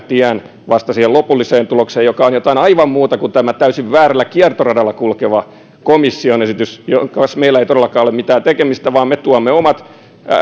tien ennen sitä lopullista tulosta joka on jotain aivan muuta kuin tämä täysin väärällä kiertoradalla kulkeva komission esitys jonka kanssa meillä ei todellakaan ole mitään tekemistä vaan me tuomme julki omat